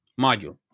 module